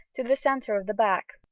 to the centre of the back.